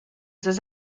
says